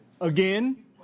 Again